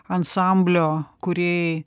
ansamblio kūrėjai